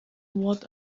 what